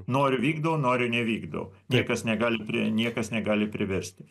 noriu vykdau noriu nevykdau niekas negali pri niekas negali priversti